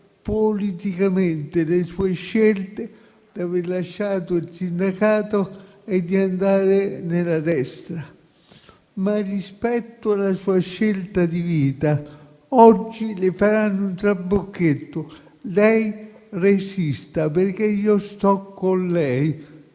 politicamente, le mie scelte, l'aver lasciato il sindacato per andare nella destra, ma di rispettare la mia scelta di vita. Scriveva: oggi le faranno un trabocchetto, lei resista, perché io sto con lei.